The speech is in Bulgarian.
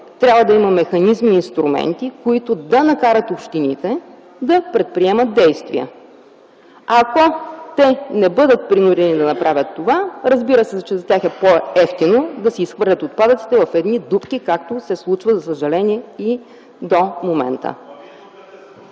трябва да има механизми и инструменти, които да накарат общините да предприемат действия. Ако те не бъдат принудени да направят това, разбира се, че за тях е по-евтино да се изхвърлят отпадъците в едни дупки, както се случва, за съжаление, и до момента.